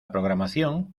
programación